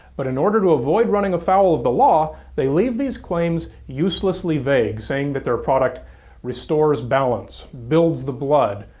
but in order to avoid running afoul of the law, they leave these claims uselessly vague, saying that their product restores balance, builds the blood,